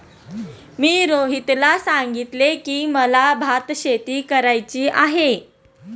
मी रोहितला सांगितले की, मला भातशेती करायची आहे